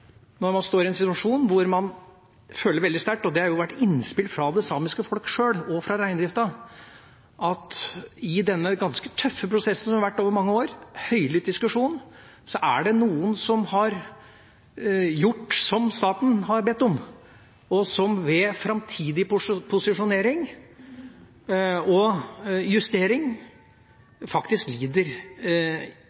når man står i en situasjon med sterke følelser. Det har kommet innspill fra det samiske folket sjøl og fra reindrifta om at i denne ganske tøffe prosessen som har vært over mange år, med høylytt diskusjon, er det noen som har gjort som staten har bedt om, og som ved framtidig posisjonering og justering